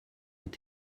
ont